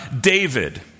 David